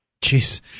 Jeez